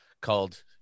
called